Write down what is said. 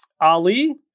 Ali